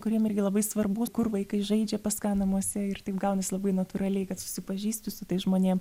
kuriem irgi labai svarbu kur vaikai žaidžia pas ką namuose ir taip gaunasi labai natūraliai kad susipažįsti su tais žmonėm